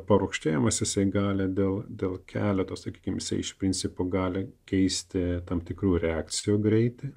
parūgštėjimas jisai gali dėl dėl keleto sakykime iš principo gali keisti tam tikrų reakcijų greitį